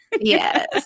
Yes